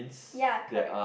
ya correct